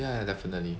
ya definitely